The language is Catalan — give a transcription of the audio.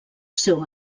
seu